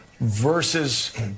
versus